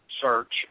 search